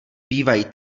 bývají